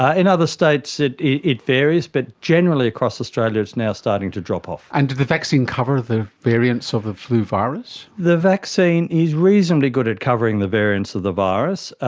ah in other states it it varies, but generally across australia it's now starting to drop off. and did the vaccine cover the variance of the flu virus? the vaccine is reasonably good at covering the variance of the virus.